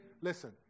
Listen